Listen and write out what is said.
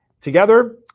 Together